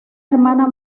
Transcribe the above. hermana